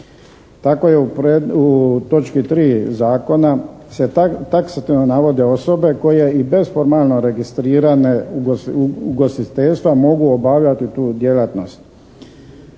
Tako je u točki 3. zakona se taksativno navode osobe koje i bez formalno registriranog ugostiteljstva mogu obavljati tu djelatnost.